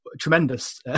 Tremendous